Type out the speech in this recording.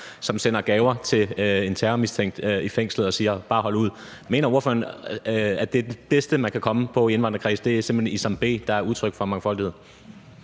som sender gaver til en terrormistænkt i fængslet og siger: Bare hold ud. Mener ordføreren, at det bedste, man kan komme med i indvandrerkredse som udtryk for mangfoldighed,